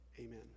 amen